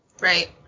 right